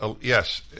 Yes